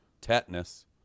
tetanus